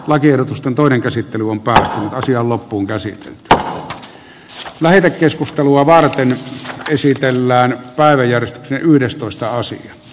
lakiehdotusten toinen käsittely on paha asia on loppuunkäsitelty taa lähetekeskustelua varten käsitellään päivän ja ne yhdestoista asia